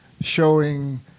showing